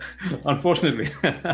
unfortunately